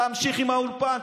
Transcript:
תמשיך עם האולפן,